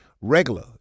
regular